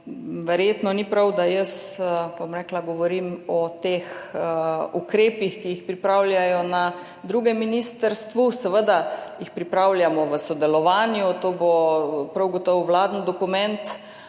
Verjetno ni prav, da jaz govorim o teh ukrepih, ki jih pripravljajo na drugem ministrstvu. Seveda jih pripravljamo v sodelovanju, to bo prav gotovo vladni dokument,